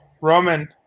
Roman